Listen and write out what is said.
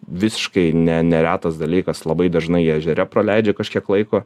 visiškai ne neretas dalykas labai dažnai ežere praleidžia kažkiek laiko